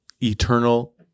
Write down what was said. eternal